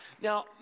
Now